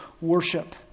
worship